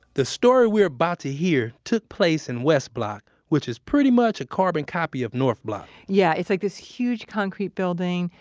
the story we are about to hear took place in west block, which is pretty much a carbon copy of north block yeah. it's like this huge concrete building.